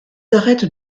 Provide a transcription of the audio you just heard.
arêtes